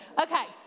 Okay